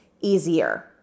easier